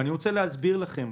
גם